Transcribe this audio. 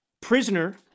prisoner